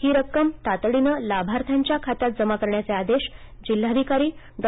ही रक्कम तातडीने लाभार्थ्यांच्या खात्यात जमा करण्याचे आदेश जिल्हाधिकारी डॉ